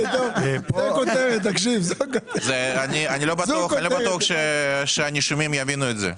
אני לא בטוח שהנישומים יבינו את זה.